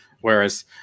Whereas